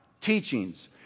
teachings